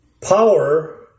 power